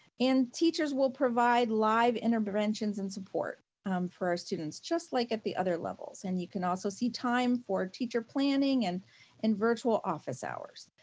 and teachers will provide live interventions and support for our students just like at the other levels, and you can also see time for our teacher planning and and virtual office hours.